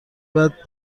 بعد